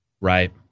right